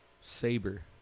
Saber